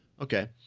Okay